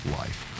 life